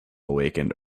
awakened